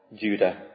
Judah